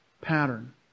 pattern